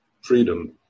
freedom